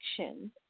action